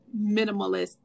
minimalist